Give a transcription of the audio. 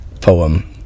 poem